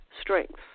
strengths